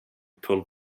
pulled